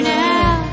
now